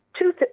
two